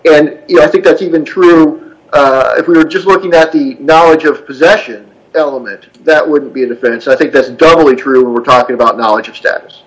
and i think that's even true if we were just looking that the knowledge of possession element that would be a defense i think that's doubly true we're talking about knowledge of st